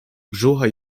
brzucha